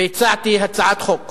והצעתי הצעת החוק